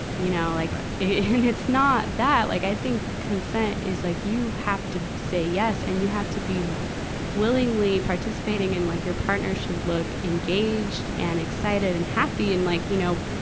you know. like, and it's not that. like, i think consent is like, you have to say yes, and you have to be willingly participating and like your partner should look engaged and excited and happy and like, you know,